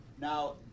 Now